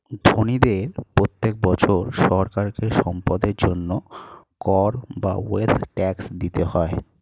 ধনীদের প্রত্যেক বছর সরকারকে সম্পদের জন্য কর বা ওয়েলথ ট্যাক্স দিতে হয়